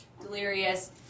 delirious